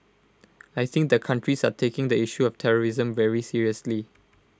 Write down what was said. I think the countries are taking the issue of terrorism very seriously